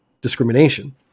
discrimination